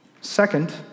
Second